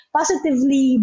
positively